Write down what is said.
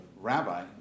rabbi